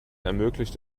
ermöglicht